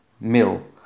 mil